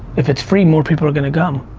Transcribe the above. if it's free, more people are gonna come.